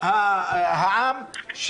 עכשיו אנחנו מונעים מאנשים